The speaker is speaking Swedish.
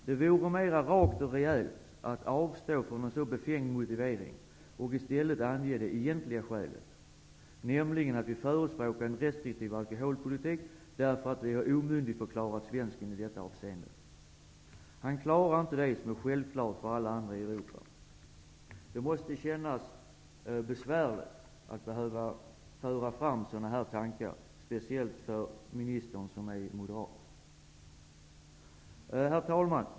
Det vore mera rakt och rejält att avstå från en så befängd motivering och i stället ange det egentliga skälet, nämligen att vi förespråkar en restriktiv alkoholpolitik, därför att vi har omyndigförklarat svensken i detta avseende. Han klarar inte det som är självklart för alla andra i Europa. Det måste kännas besvärligt att behöva föra fram sådana tankar, speciellt för ministern som är moderat. Herr talman!